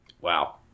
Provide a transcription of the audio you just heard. Wow